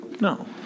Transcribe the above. No